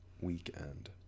Weekend